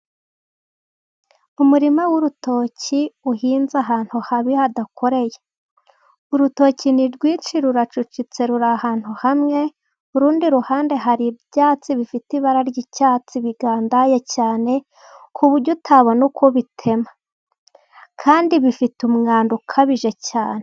Umurima w'urutoki uhinze ahantu habi hadakoreye, urutoki ni rwinshi rura cucitse ruri ahantu hamwe, urundi ruhande hari ibyatsi bifite ibara ry'icyatsi bigandaya cyane ku buryo utabona uko ubitema, kandi bifite umwanda ukabije cyane.